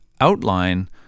outline